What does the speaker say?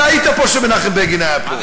אתה היית פה כשמנחם בגין היה פה.